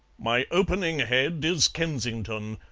my opening head is kensington,